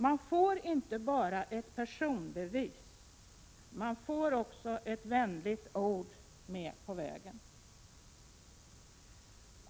Man får inte bara ett personbevis, utan man får också ett vänligt ord med på vägen.